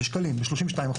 ב-32%.